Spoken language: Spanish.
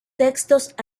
textos